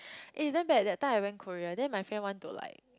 eh damn bad that time I went Korea then my friend want to like